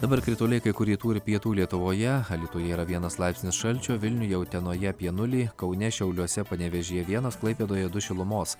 dabar krituliai kai kur rytų ir pietų lietuvoje alytuje yra vienas laipsnio šalčio vilniuje utenoje apie nulį kaune šiauliuose panevėžyje vienas klaipėdoje du šilumos